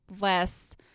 less